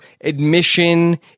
admission